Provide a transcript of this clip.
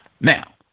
Now